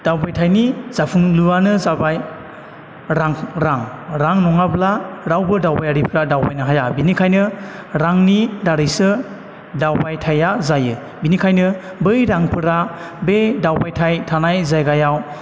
दावबायथाइनि जाफुंलुयानो जाबाय रां रां नङाब्ला रावबो दावबायारिफ्रा दावबायनो हाया बेनिखायनो रांनि दारैसो दावबायथाइया जायो बेनिखायनो बै रांफोरा बे दावबायथाइ थानाय जायगायाव